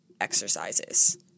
exercises